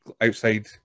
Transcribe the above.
outside